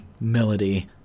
melody